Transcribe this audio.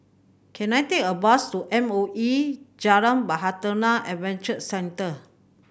can I take a bus to M O E Jalan Bahtera Adventure Centre